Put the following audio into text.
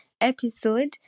episode